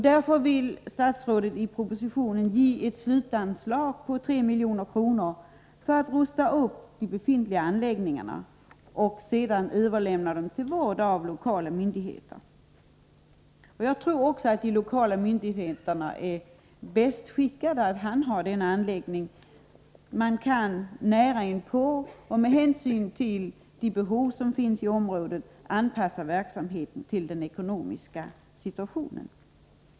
Därför vill statsrådet i propositionen ge ett slutanslag på 3 milj.kr. för att rusta upp de befintliga anläggningarna och sedan överlämna dem till vård av lokala myndigheter. De lokala myndigheterna är troligtvis bäst skickade att handha dessa anläggningar. De finns nära inpå och kan med hänsyn till behoven i området anpassa verksamheten till den ekonomiska situationen.